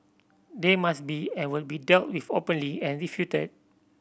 they must be and will be dealt with openly and refuted